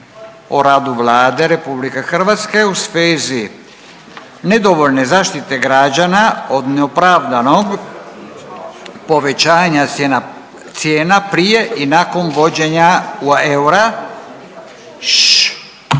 o radu Vlade Republike Hrvatske u svezi nedovoljne zaštite građana od neopravdanog povećanja cijena prije i nakon uvođenja eura kao